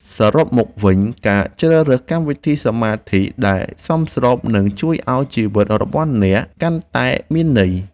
សរុបមកវិញការជ្រើសរើសកម្មវិធីសមាធិដែលសមស្របនឹងជួយឱ្យជីវិតរបស់អ្នកកាន់តែមានន័យ។